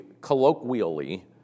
colloquially